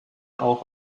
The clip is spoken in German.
auch